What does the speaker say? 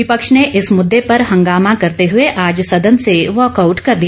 विपक्षी ने इस मुद्दे पर हंगामा करते हुए आज सदन से वाकआउट कर दिया